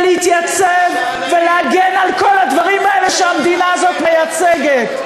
ולהתייצב ולהגן על כל הדברים האלה שהמדינה הזאת מייצגת.